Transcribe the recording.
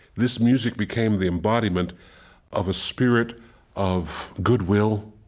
this music became the embodiment of a spirit of goodwill,